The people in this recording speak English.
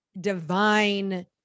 divine